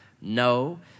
No